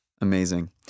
Amazing